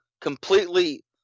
completely